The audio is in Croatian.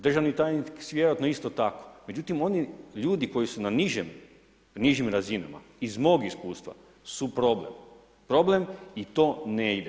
Državni tajnik vjerojatno isto tako, međutim oni ljudi koji su na nižim razinama iz mog iskustva su problem, problem i to ne ide.